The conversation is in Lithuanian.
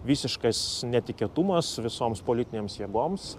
visiškas netikėtumas visoms politinėms jėgoms